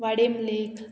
वाडयेम लेक